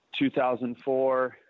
2004